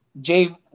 Jay